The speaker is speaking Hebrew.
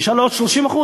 נשארו לו עוד 30%,